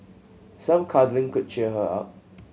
some cuddling could cheer her up